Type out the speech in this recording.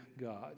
God